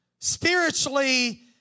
Spiritually